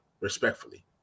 respectfully